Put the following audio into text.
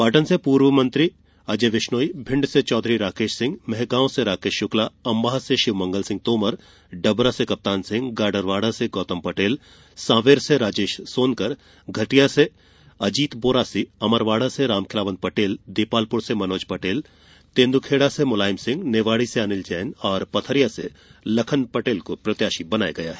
पाटन से पूर्व मंत्री अजय विश्नोई भिण्ड से चौधरी राकेश सिंह मेंहगांव से राकेश शुक्ला अंबाह से शिवमंगल सिंह तोमर डबरा से कप्तान सिंह गाडरवाड़ा से गौतम पटेल सांवेर से राजेश सोनकर घटिटया से अजीत बोरासी अमरवाड़ा से रामखिलावन पटेल देपालपुर से मनोज पटेल तेंद्खेड़ा से मुलायम सिंह निवाड़ी से अनिल जैन और पथरिया से लखन पटेल को प्रत्याशी बनाया गया है